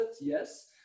yes